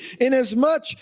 inasmuch